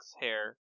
hair